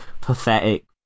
pathetic